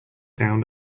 down